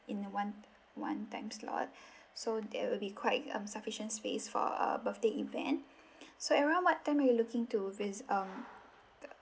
in one one time slot so there will be quite um sufficient space for a birthday event so around what time are you looking to visit um uh